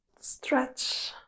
Stretch